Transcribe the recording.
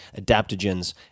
adaptogens